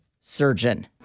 Surgeon